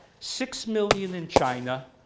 six million in china,